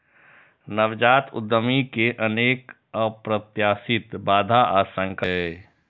नवजात उद्यमी कें अनेक अप्रत्याशित बाधा आ संकट झेलय पड़ै छै